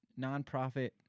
nonprofit